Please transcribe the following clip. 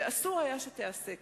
ואסור היה שתיעשה כך.